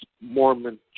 Mormon